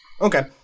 Okay